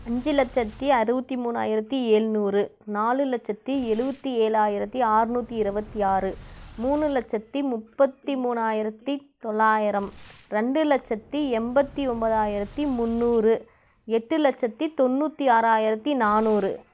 அஞ்சு லட்சத்தி அறுபத்தி மூணாயிரத்தி எழுநூறு நாலு லட்சத்தி எழுபத்தி ஏழாயிரத்தி ஆறுநூத்தி இருபத்தி ஆறு மூணு லட்சத்தி முப்பத்தி மூணாயிரத்தி தொள்ளாயிரம் ரெண்டு லட்சத்தி எண்பத்தி ஒன்பதாயிரத்தி முந்நூறு எட்டு லட்சத்தி தொண்ணூற்றி ஆறாயிரத்தி நானூறு